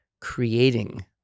creating